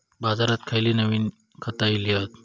बाजारात खयली नवीन खता इली हत?